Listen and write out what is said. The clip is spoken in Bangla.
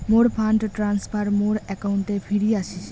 মোর ফান্ড ট্রান্সফার মোর অ্যাকাউন্টে ফিরি আশিসে